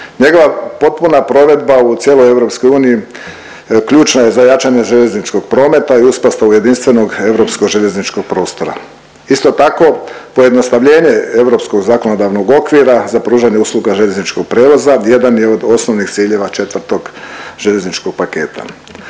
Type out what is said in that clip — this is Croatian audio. Njegova potpuna provedba u cijeloj u EU ključna je za jačanje željezničkog prometa i uspostavu jedinstvenog europskog željezničkog prostora. Isto tako, pojednostavljenje europskog zakonodavnog okvira za pružanje usluga željezničkog prijevoza jedan je od osnovnih ciljeva 4. željezničkog paketa.